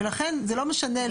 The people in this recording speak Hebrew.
ולכן זה לא משנה לו.